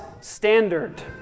standard